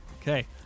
Okay